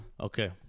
Okay